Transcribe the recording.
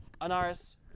Anaris